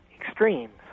extremes